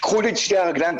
קחו לי את שתי הרגליים,